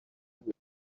بود